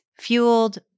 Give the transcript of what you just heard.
fueled